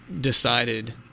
decided